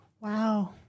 Wow